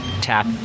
tap